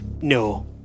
No